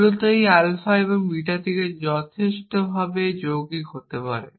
মূলত এই আলফা এবং বিটা থেকে যথেচ্ছভাবে যৌগিক হতে পারে